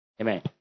Amen